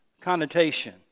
connotation